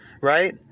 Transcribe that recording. right